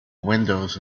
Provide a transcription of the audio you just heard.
windows